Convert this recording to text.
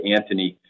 Anthony